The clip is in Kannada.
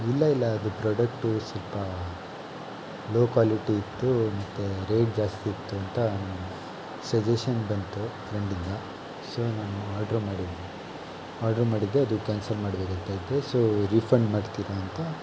ಇಲ್ಲ ಇಲ್ಲ ಅದು ಪ್ರೊಡಕ್ಟು ಸ್ವಲ್ಪ ಲೋ ಕ್ವಾಲಿಟಿ ಇತ್ತು ಮತ್ತು ರೇಟ್ ಜಾಸ್ತಿ ಇತ್ತು ಅಂತ ಸಜೇಷನ್ ಬಂತು ಫ್ರೆಂಡಿಂದ ಸೋ ನಾನು ಆರ್ಡ್ರು ಮಾಡಿ ಆರ್ಡ್ರು ಮಾಡಿದ್ದೆ ಅದು ಕ್ಯಾನ್ಸಲ್ ಮಾಡ್ಬೇಕು ಅಂತ ಇದ್ದೆ ಸೋ ರೀಫಂಡ್ ಮಾಡ್ತೀರಾಂತ